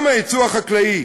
גם היצוא החקלאי,